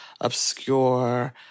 obscure